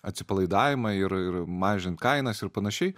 atsipalaidavimai ir ir mažint kainas ir panašiai